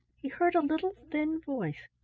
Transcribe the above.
he heard a little thin voice,